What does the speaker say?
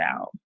out